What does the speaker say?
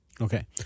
Okay